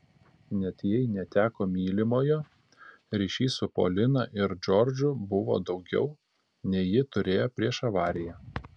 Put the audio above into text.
net jei neteko mylimojo ryšys su polina ir džordžu buvo daugiau nei ji turėjo prieš avariją